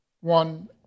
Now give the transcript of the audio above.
one